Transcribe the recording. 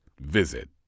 Visit